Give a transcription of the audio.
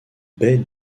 baie